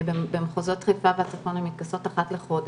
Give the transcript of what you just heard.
במחוזות חיפה והצפון הן מתכנסות אחת לחודש,